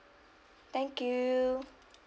thank you